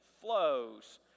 flows